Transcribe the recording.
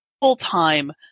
full-time